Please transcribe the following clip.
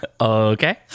Okay